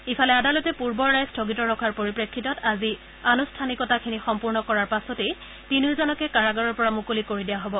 ইফালে আদালতে পূৰ্বৰ ৰায় স্থগিত ৰখাৰ পৰিপ্ৰেক্ষিতত আজি আনুষ্ঠানিকতাখিনি সম্পূৰ্ণ কৰাৰ পাছতেই তিনিওজনকে কাৰাগাৰৰ পৰা মুকলি কৰি দিয়া হ'ব